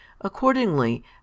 Accordingly